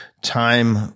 Time